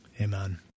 Amen